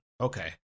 okay